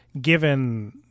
given